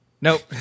Nope